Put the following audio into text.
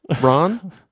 Ron